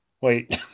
wait